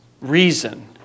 reason